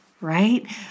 Right